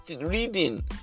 reading